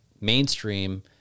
mainstream